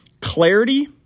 clarity